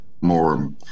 more